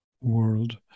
world